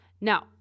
Now